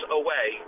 away